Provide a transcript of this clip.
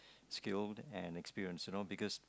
skill and experience you know because